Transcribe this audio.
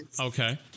Okay